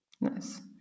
Nice